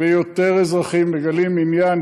ויותר אזרחים מגלים עניין,